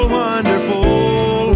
wonderful